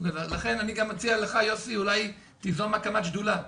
לכן אני מציע לך, יוסי, אולי תיזום הקמת שדולה.